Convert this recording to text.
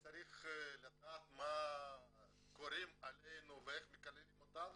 אני צריך לדעת מה קוראים עלינו ואיך מקללים אותנו,